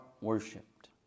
worshipped